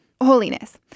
Holiness